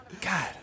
god